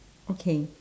okay